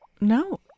No